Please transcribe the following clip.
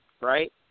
right